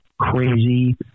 crazy